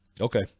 Okay